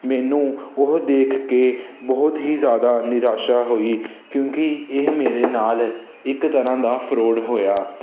ਮੈਨੂੰ ਉਹ ਦੇਖ ਕੇ ਬਹੁਤ ਹੀ ਜ਼ਿਆਦਾ ਨਿਰਾਸ਼ਾ ਹੋਈ ਕਿਉਂਕਿ ਇਹ ਮੇਰੇ ਨਾਲ ਇੱਕ ਤਰ੍ਹਾਂ ਦਾ ਫਰੋਡ ਹੋਇਆ